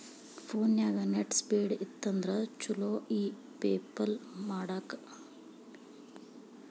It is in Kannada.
ಫೋನ್ಯಾಗ ನೆಟ್ ಸ್ಪೇಡ್ ಇತ್ತಂದ್ರ ಚುಲೊ ಇ ಪೆಪಲ್ ಮಾಡಾಕ